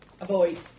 Avoid